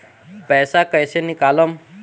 पैसा कैसे निकालम?